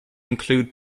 include